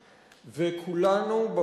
לכולנו, ברור לי, ברור.